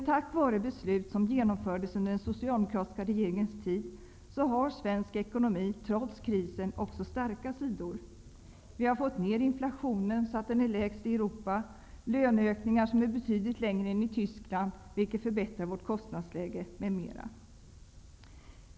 Tack vare beslut som genomfördes under den socialdemokratiska regeringens tid har svensk ekonomi trots krisen också starka sidor. Vi har fått ner inflationen så att den är lägst i Europa, löneökningar som är betydligt lägre än i Tyskland, vilket förbättrar vårt kostnadsläge, m.m.